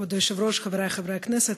כבוד היושב-ראש, חברי חברי הכנסת,